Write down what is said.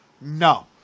no